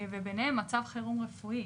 וביניהם מצב חירום רפואי.